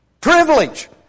privilege